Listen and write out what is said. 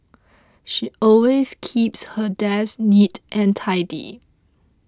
she always keeps her desk neat and tidy